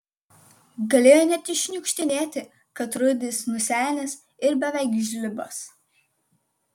galėjo net iššniukštinėti kad rudis nusenęs ir beveik žlibas